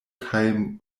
kaj